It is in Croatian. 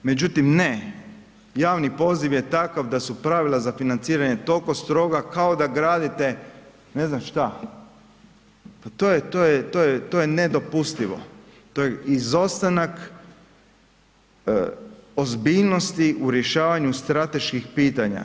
Međutim ne, javni poziv je takav da su pravila za financiranje toliko stroga kao da gradite ne znam šta, pa to je nedopustivo, to je izostanak ozbiljnosti u rješavanju strateških pitanja.